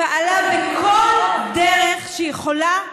פעלה בכל דרך שהיא יכולה נגדו.